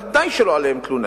ודאי שלא עליהם תלונתי.